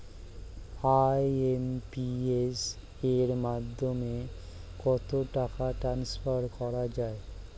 IMPS এর মাধ্যমে কত টাকা ট্রান্সফার করা যায়?